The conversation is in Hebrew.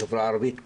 החברה הערבית כולה,